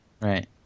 Right